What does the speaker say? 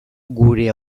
gure